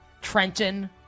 Trenton